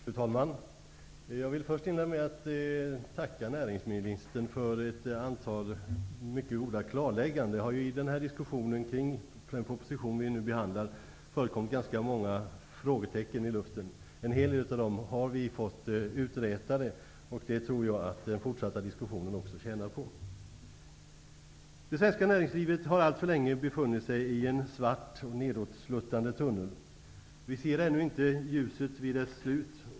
Fru talman! Jag vill inleda med att tacka näringsministern för ett antal mycket goda klarlägganden. Det har i den här diskussionen kring den proposition som nu behandlas förekommit ganska många frågetecken. En hel del av dem har nu blivit uträtade, vilket också den fortsatta diskussionen tjänar på. Det svenska näringslivet har alltför länge befunnit sig i en svart nedåtsluttande tunnel. Vi ser ännu inte ljuset vid dess slut.